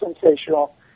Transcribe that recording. sensational